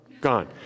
Gone